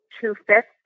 two-fifths